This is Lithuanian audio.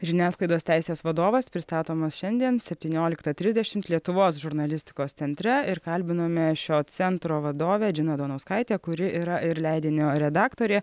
žiniasklaidos teisės vadovas pristatomas šiandien septynioliktą trisdešimt lietuvos žurnalistikos centre ir kalbinome šio centro vadovę džiną donauskaitę kuri yra ir leidinio redaktorė